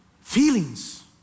Feelings